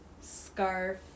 scarf